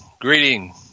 greeting